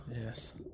yes